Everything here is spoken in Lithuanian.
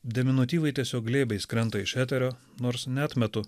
deminutyvai tiesiog glėbiais krenta iš eterio nors neatmetu